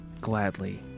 Gladly